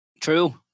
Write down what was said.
True